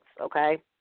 okay